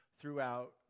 throughout